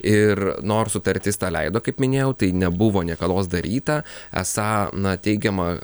ir nors sutartis tą leido kaip minėjau tai nebuvo niekados daryta esą na teigiama